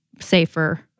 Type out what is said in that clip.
safer